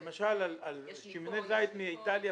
למשל על שמני זית מאיטליה